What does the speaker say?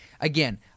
Again